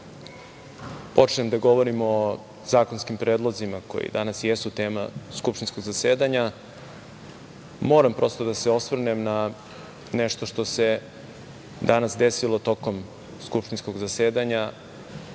počnem da govorim o zakonskim predlozima koji danas jesu tema skupštinskog zasedanja, moram prosto da se osvrnem na nešto što se danas desilo tokom skupštinskog zasedanja,